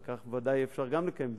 על כך בוודאי גם אפשר לקיים דיון.